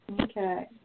Okay